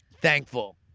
thankful